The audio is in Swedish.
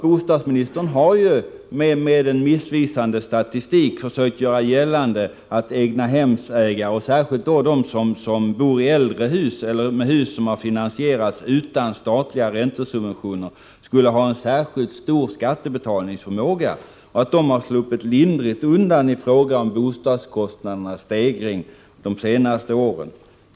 Bostadsministern har med en missvisande statistik försökt göra gällande att egnahemsägare — särskilt de som bor i äldre hus eller i hus som har finansierats utan statliga räntesubventioner — skulle ha en särskilt stor skattebetalningsförmåga. De skulle ha sluppit lindrigt undan i fråga om bostadskostnadernas stegring de senaste åren.